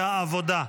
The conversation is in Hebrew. והעבודה.